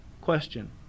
question